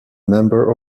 member